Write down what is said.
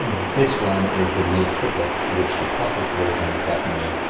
this one is the leo triplet which the processed version got me